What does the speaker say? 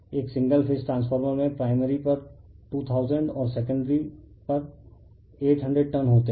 एक single phase transformer में primary पर 2000 और सेकेंडरी पर 800 टर्न होते हैं